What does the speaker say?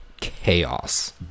chaos